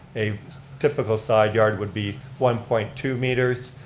a typical side yard would be one point two meters,